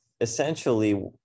essentially